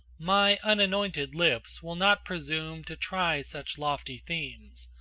my unanointed lips will not presume to try such lofty themes,